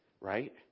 right